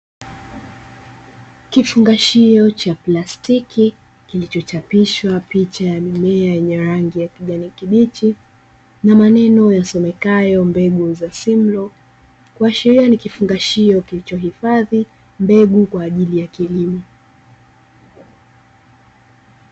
Kifungashio cha plastiki kilicho chapishwa picha ya mimea yenye rangi kibichi na maneno yasomekayo Mbegu za "Simlaw", kuashiria ni kifungashio kilichohifadhi mbegu kwa ajili ya kilimo.